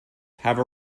have